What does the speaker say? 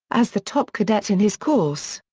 as the top cadet in his course.